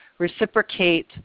reciprocate